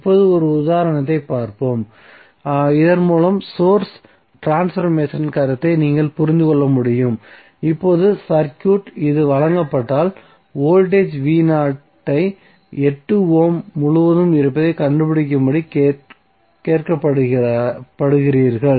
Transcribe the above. இப்போது ஒரு உதாரணத்தைப் பார்ப்போம் இதன் மூலம் சோர்ஸ் ட்ரான்ஸ்பர்மேசன் கருத்தை நீங்கள் புரிந்து கொள்ள முடியும் இப்போது சர்க்யூட் இதுபோன்று வழங்கப்பட்டால் வோல்டேஜ் ஐ 8 ஓம் முழுவதும் இருப்பதைக் கண்டுபிடிக்கும்படி கேட்கப்படுகிறீர்கள்